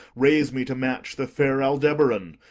raise me, to match the fair aldeboran,